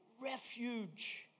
refuge